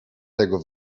tego